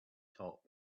top